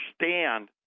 understand